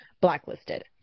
blacklisted